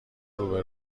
روبه